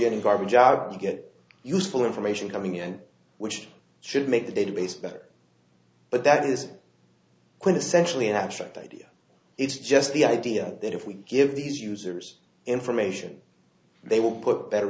in garbage out to get useful information coming and which should make the database better but that is essentially an abstract idea it's just the idea that if we give these users information they will put better